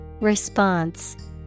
Response